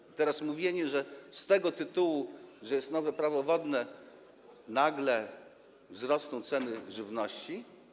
I teraz mówienie, że z tego tytułu, że jest nowe Prawo wodne, nagle wzrosną ceny żywności?